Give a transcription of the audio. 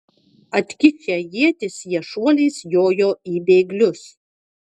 atkišę ietis jie šuoliais jojo į bėglius